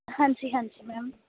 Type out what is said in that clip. ਹਾਂਜੀ ਹਾਂਜੀ ਮੈਮ